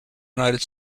united